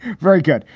very good.